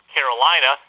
Carolina